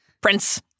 Prince